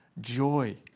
joy